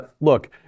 Look